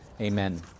amen